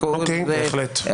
אוקיי, בהחלט.